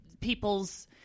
people's